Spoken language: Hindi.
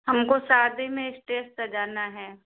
हमको शदी में स्टेज सजाना है